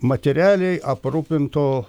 materialiai aprūpinto